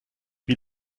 wie